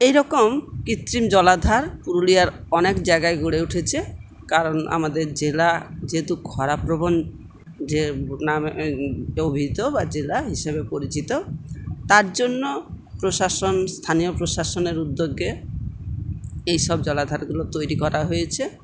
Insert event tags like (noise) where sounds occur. এই রকম কৃত্রিম জলাধার পুরুলিয়ার অনেক জায়গায় গড়ে উঠেছে কারণ আমাদের জেলা যেহেতু খরাপ্রবণ (unintelligible) নামে অভিহিত বা জেলা হিসেবে পরিচিত তার জন্য প্রশাসন স্থানীয় প্রশাসনের উদ্যোগে এইসব জলাধারগুলো তৈরি করা হয়েছে